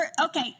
okay